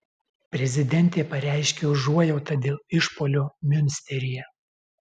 prezidentė pareiškė užuojautą dėl išpuolio miunsteryje